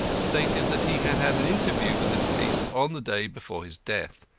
stated that he had had an interview with the deceased on the day before his death,